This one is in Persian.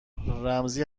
رمزی